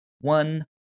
one